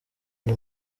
uyu